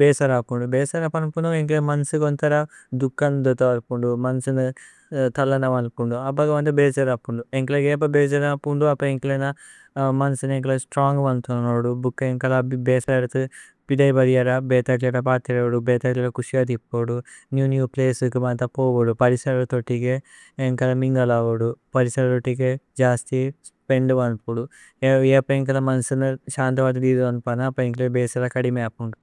ബേസര അപുന്ദു। ഭേസര അപനുപുന്ദു ഏന്കേലേ മന്സു കോന്ഥര ദുക്കന ദോഥോ। അപുന്ദു മന്സനേ ഥല്ലന വന്പുന്ദു അപ ഗവന്തേ ബേസര। അപുന്ദു ഏന്കേലേ ഏന്കേലേ ബേസര അപുന്ദു അപ ഏന്കേലേ। ഏന മന്സനേ ഏന്കേലേ സ്ത്രോന്ഗ വന്തോന। അവോദു ഏന്കേലേ ബേസര അപുന്ദു ഏന്കേലേ ബേസര അപുന്ദു।